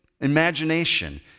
imagination